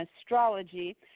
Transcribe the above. astrology